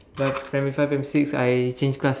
primary five primary six I change class